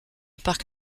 parc